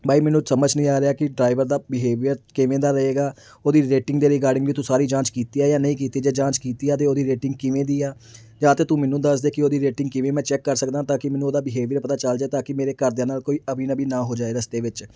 ਬਾਈ ਮੈਨੂੰ ਸਮਝ ਨਹੀਂ ਆ ਰਿਹਾ ਕਿ ਡਰਾਈਵਰ ਦਾ ਬਿਹੇਵੀਅਰ ਕਿਵੇਂ ਦਾ ਰਹੇਗਾ ਉਹਦੀ ਰੇਟਿੰਗ ਦੇ ਰਿਗਾਰਡਿੰਗ ਵੀ ਤੂੰ ਸਾਰੀ ਜਾਂਚ ਕੀਤੀ ਹੈ ਜਾਂ ਨਹੀਂ ਕੀਤੀ ਜੇ ਜਾਂਚ ਕੀਤੀ ਆ ਤਾਂ ਉਹਦੀ ਰੇਟਿੰਗ ਕਿਵੇਂ ਦੀ ਆ ਜਾਂ ਤਾਂ ਤੂੰ ਮੈਨੂੰ ਦੱਸਦੇ ਕੀ ਉਹਦੀ ਰੇਟਿੰਗ ਕਿਵੇਂ ਮੈਂ ਚੈੱਕ ਕਰ ਸਕਦਾ ਤਾਂ ਕਿ ਮੈਨੂੰ ਉਹਦਾ ਵੀ ਬਿਹੇਵੀਅਰ ਪਤਾ ਚੱਲ ਜਾਵੇ ਤਾਂਕਿ ਮੇਰੇ ਘਰਦਿਆਂ ਨਾਲ ਕੋਈ ਅਬੀ ਨਬੀ ਨਾ ਹੋ ਜਾਵੇ ਰਸਤੇ ਵਿੱਚ